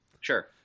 Sure